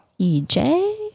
EJ